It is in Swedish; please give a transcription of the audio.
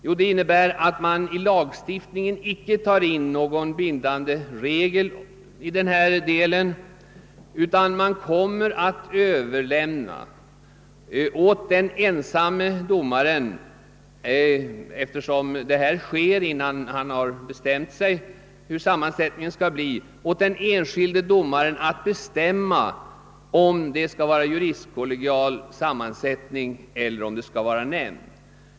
Jo, det innebär att man i lagstiftningen inte tar in någon bindande regel i denna del, utan att man överlämnar åt den enskilde domaren — eftersom detta sker innan han har bestämt sig för hur sammansättningen skall bli — att bestämma om huruvida det skall vara juristkollegial sammansättning eller om det skall vara en nämnd.